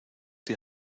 die